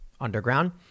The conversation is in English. underground